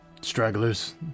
Stragglers